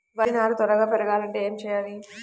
వరి నారు త్వరగా పెరగాలంటే ఏమి చెయ్యాలి?